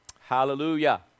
Hallelujah